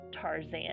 Tarzan